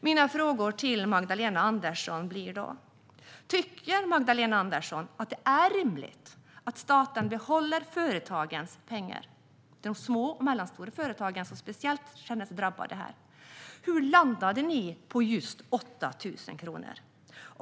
Mina frågor till Magdalena Andersson blir: Tycker Magdalena Andersson att det är rimligt att staten behåller företagens pengar? Det är de små och medelstora företagen som känner sig speciellt drabbade här. Hur landade ni på just 8 000 kronor?